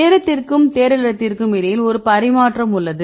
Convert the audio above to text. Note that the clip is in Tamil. நேரத்திற்கும் தேடல் இடத்திற்கும் இடையில் ஒரு பரிமாற்றம் உள்ளது